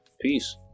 peace